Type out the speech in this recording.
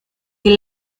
que